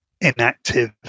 inactive